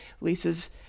Lisa's